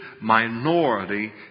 minority